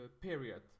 Period